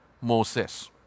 Moses